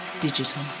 Digital